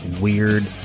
weird